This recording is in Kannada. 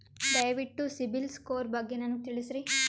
ದಯವಿಟ್ಟು ಸಿಬಿಲ್ ಸ್ಕೋರ್ ಬಗ್ಗೆ ನನಗ ತಿಳಸರಿ?